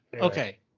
Okay